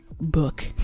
book